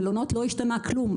במלונות לא השתנה כלום.